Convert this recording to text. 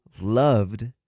loved